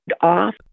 off